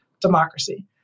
democracy